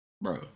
Bro